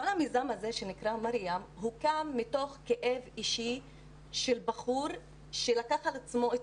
כל המיזם הזה שנקרא 'מרים' הוקם מתוך כאב אישי של בחור שלקח על עצמו את